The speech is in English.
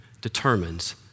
determines